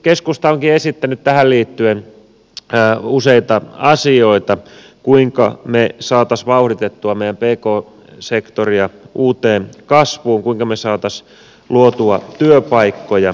keskusta onkin esittänyt tähän liittyen useita asioita kuinka me saisimme vauhditettua meidän pk sektoria uuteen kasvuun kuinka me saisimme luotua työpaikkoja